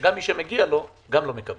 שגם מי שמגיע לו גם לא מקבל.